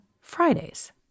Fridays